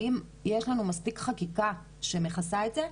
האם יש לנו מספיק חקיקה שמכסה את זה?